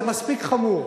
זה מספיק חמור.